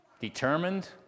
determined